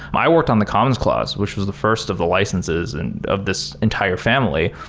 i worked on the commons clause, which was the first of the licenses and of this entire family.